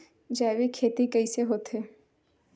जैविक खेती कइसे होथे?